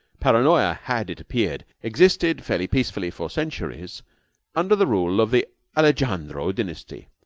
paranoya had, it appeared, existed fairly peacefully for centuries under the rule of the alejandro dynasty.